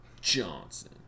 Johnson